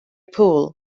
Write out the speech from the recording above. pool